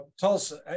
Tulsa